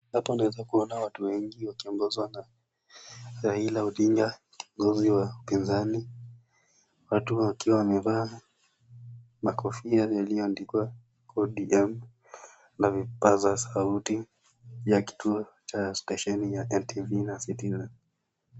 Hapa naweza kuona watu wengi wakiongozwa na Raila Odinga kiongozi wa upinzani, watu wakiwa wamevaa makofia yaliyoandikwa ODM na vipaza sauti ya kituo cha stesheni ya NTV na Citizen.